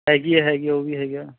ਹੈਗੀ ਆ ਹੈਗੀ ਉਹ ਵੀ ਹੈਗਾ